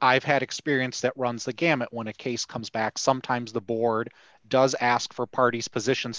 i've had experience that runs the gamut when a case comes back sometimes the board does ask for parties position